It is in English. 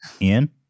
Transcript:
Ian